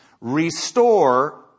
restore